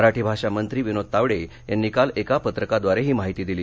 मराठी भाषा मंत्री विनोद तावडे यांनी काल एका पत्रकाद्वारे ही माहिती दिली